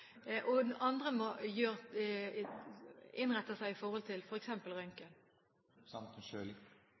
og andre må innrette seg i forhold til